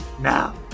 now